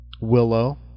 Willow